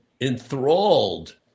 enthralled